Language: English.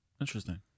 Interesting